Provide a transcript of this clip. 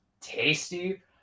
tasty